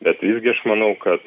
bet visgi aš manau kad